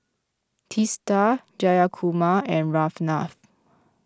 Teesta Jayakumar and Ramnath